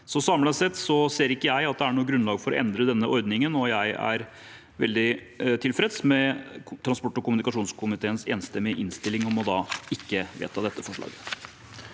Samlet sett kan jeg ikke se at det er grunn til å endre dagens ordning, og jeg er veldig tilfreds med transport- og kommunikasjonskomiteens enstemmige innstilling om ikke å vedta forslaget.